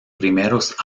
primeros